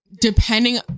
depending